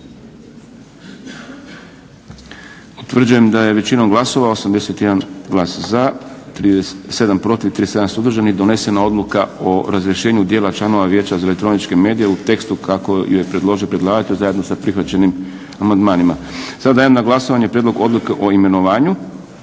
Utvrđujem da je većinom glasova 81 glas za, 37 protiv, 37 suzdržan donesena Odluka o razrješenju djela članova Vijeća za elektroničke medije u tekstu kako je predložio predlagatelj zajedno sa prihvaćenim amandmanima. Sad dajem na glasovanje prijedlog Odluke o imenovanju?